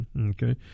okay